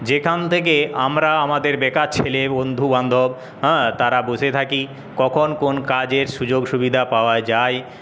যেখান থেকে আমরা আমাদের বেকার ছেলে বন্ধুবান্ধব হ্যাঁ তারা বসে থাকি কখন কোন কাজের সুযোগ সুবিধা পাওয়া যায়